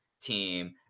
team